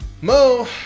mo